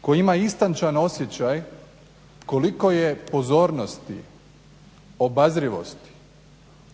koji ima istančan osjećaj koliko je pozornosti, obazrivosti,